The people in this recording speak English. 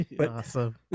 Awesome